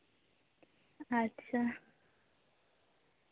ᱟᱪᱪᱷᱟ